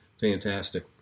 fantastic